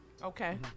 Okay